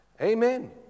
Amen